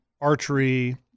archery